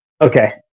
Okay